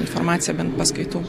informacija bent paskaitų